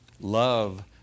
Love